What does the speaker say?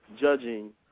judging